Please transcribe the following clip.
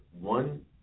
one